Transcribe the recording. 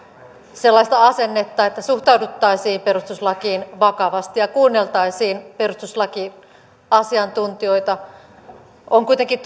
sellaista asennetta että suhtauduttaisiin perustuslakiin vakavasti ja kuunneltaisiin perustuslakiasiantuntijoita on kuitenkin